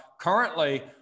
currently